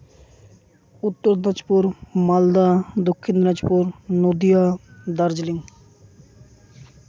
Uttar Dinajpur Malda Dakshin Dinajpur Nadia Darjeeling